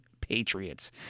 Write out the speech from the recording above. Patriots